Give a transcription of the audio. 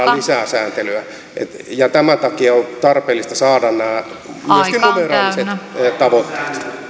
lisää sääntelyä tämän takia on tarpeellista saada myöskin nämä numeraaliset tavoitteet